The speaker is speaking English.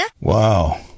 Wow